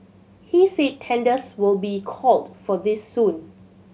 he said tenders will be called for this soon